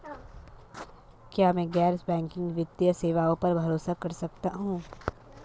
क्या मैं गैर बैंकिंग वित्तीय सेवाओं पर भरोसा कर सकता हूं?